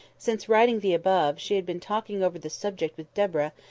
since writing the above, she had been talking over the subject with deborah,